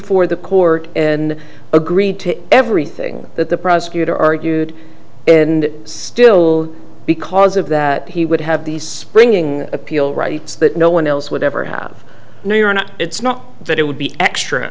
before the court in agreed to everything that the prosecutor argued and still because of that he would have these springing appeal rights that no one else would ever have knew you are not it's not that it would be extra